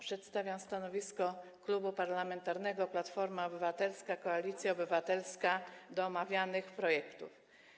Przedstawiam stanowisko Klubu Parlamentarnego Platforma Obywatelska - Koalicja Obywatelska wobec omawianego projektu.